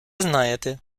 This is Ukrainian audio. знаєте